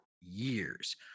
years